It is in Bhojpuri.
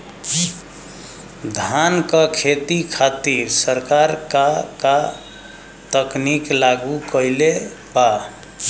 धान क खेती खातिर सरकार का का तकनीक लागू कईले बा?